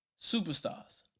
superstars